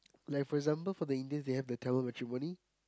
like for example for the Indians they have the Tamil matrimony